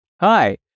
hi